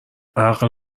عقل